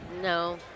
No